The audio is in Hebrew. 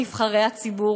נבחרי הציבור,